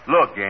Look